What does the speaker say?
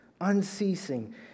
unceasing